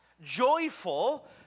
joyful